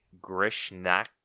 Grishnak